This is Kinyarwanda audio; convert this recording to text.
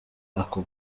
ako